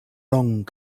wrong